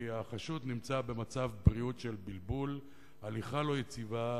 כי החשוד נמצא במצב של בלבול והליכה לא יציבה,